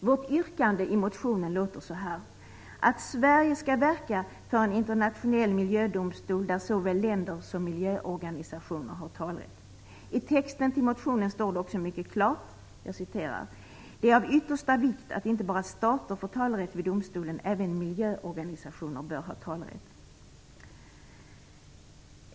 Vårt yrkande i motionen lyder: Sverige skall verka för en internationell miljödomstol, där såväl länder som miljöorganisationer har talerätt. I texten till motionen står det också mycket klart: "Det är av yttersta vikt att inte bara stater får talerätt vid domstolen. Även miljöorganisationer bör ha talerätt."